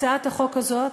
הצעת החוק הזאת,